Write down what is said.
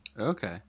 Okay